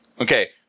Okay